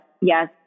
Yes